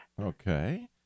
Okay